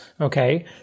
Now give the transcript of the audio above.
okay